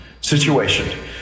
situation